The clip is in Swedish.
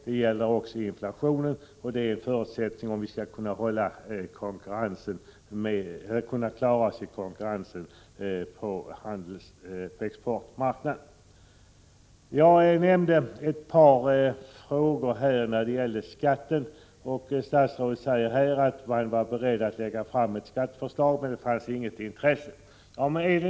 Detsamma gäller inflationen — utvecklingen i Sverige får inte vara sämre om vi skall klara oss i konkurrensen på exportmarknaden. Jag ställde ett par frågor om skatten, och statsrådet har sagt att regeringen var beredd att lägga fram ett skatteförslag men att det inte fanns något intresse för det.